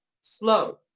slow